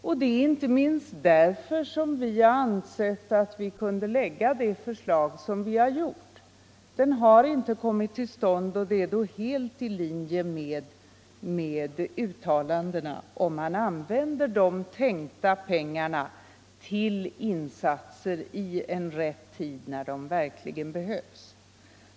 Och också med hänsyn till detta har vi ansett att vi kunde lägga fram det förslag som vi presenterat. Fonden har inte kommit till stånd, och det är då helt i linje med uttalandena, om man använder de tänkta pengarna till andra insatser — i rätt tid, när de verkligen behövs.